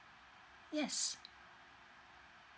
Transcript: yes